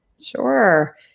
Sure